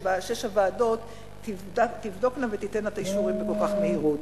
שבה שש הוועדות תבדוקנה ותיתנה את האישורים כל כך במהירות.